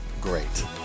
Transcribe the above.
great